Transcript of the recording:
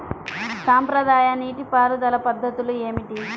సాంప్రదాయ నీటి పారుదల పద్ధతులు ఏమిటి?